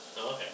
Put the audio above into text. Okay